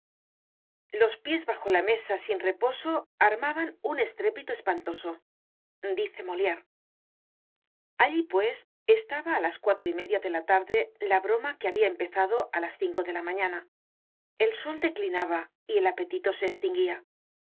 los pies bajo la mesa sin reposo armaban un estrépito espantoso dice moliére allí pues estaba á las cuatro y media de la tarde la broma que habia empezado á las cinco de la mañana el sol declinaba y el apetito se estinguia